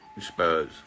Spurs